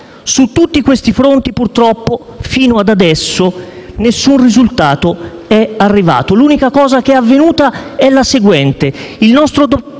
Su tutti questi fronti purtroppo finora nessun risultato è arrivato. L'unica cosa avvenuta è la seguente: